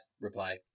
reply